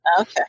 Okay